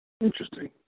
Interesting